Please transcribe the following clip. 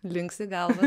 linksi galva